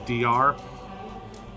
DR